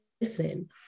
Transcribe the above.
listen